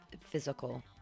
physical